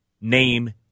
name